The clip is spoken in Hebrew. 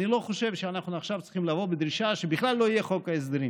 אני לא חושב שאנחנו עכשיו צריכים לבוא בדרישה שבכלל לא יהיה חוק הסדרים.